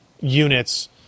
units